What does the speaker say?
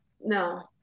No